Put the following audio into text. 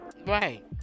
Right